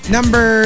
Number